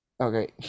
Okay